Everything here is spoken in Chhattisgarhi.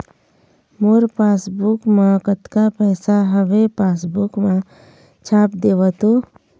मोर पासबुक मा कतका पैसा हवे पासबुक मा छाप देव तो?